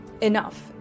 Enough